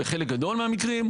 בחלק גדול מהמקרים,